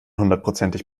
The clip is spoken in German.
hundertprozentig